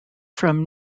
from